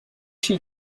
she